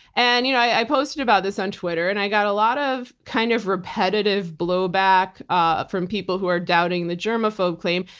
and you know i posted about this on twitter and i got a lot of kind of repetitive blow back ah from people who are doubting the germaphobe claim,